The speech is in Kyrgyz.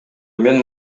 мен